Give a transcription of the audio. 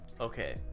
Okay